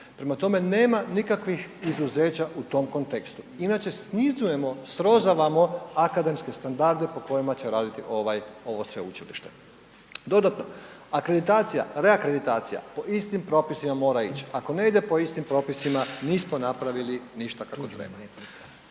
Prema tome, nema nikakvih izuzeća u tom kontekstu inače snizujemo, srozavamo akademske standarde po kojima će raditi ovo Sveučilište. Dodatno, akreditacija, reakreditacija po istim propisima mora ići. Ako ne ide po istim propisima, nismo napravili ništa kako treba.